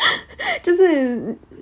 就是